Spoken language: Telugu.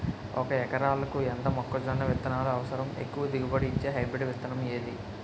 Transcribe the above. ఒక ఎకరాలకు ఎంత మొక్కజొన్న విత్తనాలు అవసరం? ఎక్కువ దిగుబడి ఇచ్చే హైబ్రిడ్ విత్తనం ఏది?